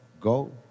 Go